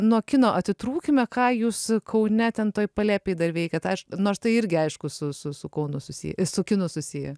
nuo kino atitrūkime ką jūs kaune ten toj palėpėj dar veikiat aiš nors tai irgi aišku su kaunu susiję su kinu susiję